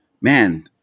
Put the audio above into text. Man